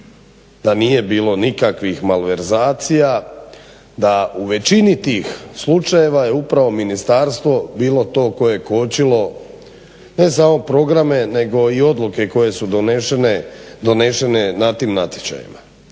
da nije bilo nikakvih malverzacija, da u većini tih slučajeva je upravo ministarstvo bilo to koje je kočilo ne samo programe nego i odluke koje su donesene na tim natječajima.